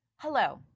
Hello